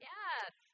Yes